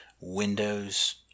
Windows